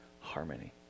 harmony